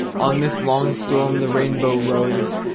on this long storm the rainbow rose,